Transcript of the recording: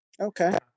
okay